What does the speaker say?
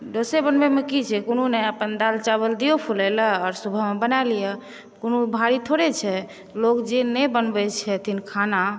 डोसे बनबैमे की छै कोनो नहि अपन दालि चावल दियौ फूलय लए आर सुबहमे बना लिअ कोनो भारी थोड़े छै लोक जे नहि बनबै छथिन खाना